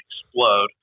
explode